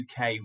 UK